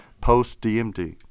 post-DMD